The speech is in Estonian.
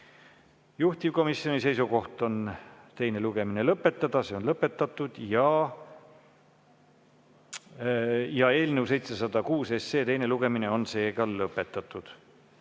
Juhtivkomisjoni seisukoht on teine lugemine lõpetada. See on lõpetatud. Eelnõu 706 teine lugemine on lõpetatud